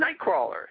Nightcrawler